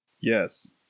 Yes